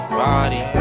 body